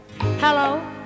Hello